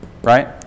Right